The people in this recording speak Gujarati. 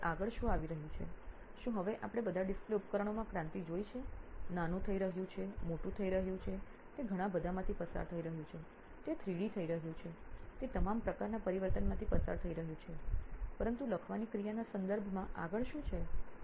પછી હવે આગળ શું આવી રહ્યું છે શું હવે આપણે બધાં ડિસ્પ્લે ઉપકરણોમાં ક્રાંતિ જોઇ છે નાનું થઈ રહ્યું છે મોટું થઈ રહ્યું છે તે ઘણાં બધાંમાંથી પસાર થઈ રહ્યું છે તે 3D થઈ રહ્યું છે તે તમામ પ્રકારના પરિવર્તનમાંથી પસાર થઈ રહ્યું છે પરંતુ લખવાની ક્રિયાના સંદર્ભમાં આગળ શું છે